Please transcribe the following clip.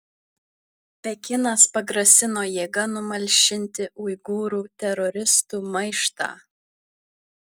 pekinas pagrasino jėga numalšinti uigūrų teroristų maištą